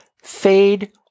fade